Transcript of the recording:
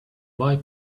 boy